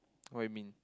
what you mean